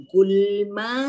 Gulma